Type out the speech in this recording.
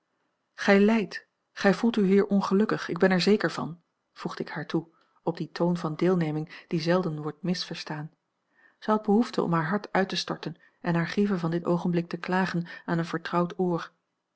gij lijdt gij voelt u hier ongelukkig ik ben er zeker van voegde ik haar toe op dien toon van deelneming die zelden wordt misverstaan zij had behoefte om haar hart uit te storten en haar grieve van dit oogenblik te klagen aan een vertrouwd oor